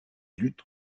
lutte